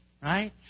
right